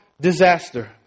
disaster